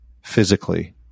physically